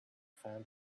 found